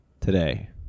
today